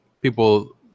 people